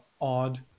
odd